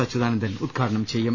അച്യുതാനന്ദൻ ഉദ്ഘാടനം ചെയ്യും